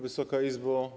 Wysoka Izbo!